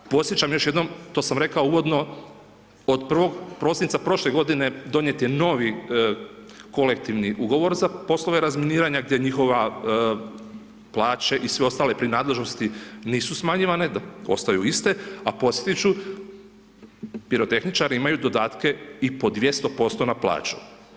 Podsjećam još jednom, to sam rekao uvodno, od 1.12. prošle g. donijet je novi kolektivni ugovor za poslove razminiranja, gdje njihova plaće i sve ostale pri nadležnosti nisu smanjivane, ostaje istine, s podsjeti ću pirotehničari imaju dodatke i po 200% na plaću.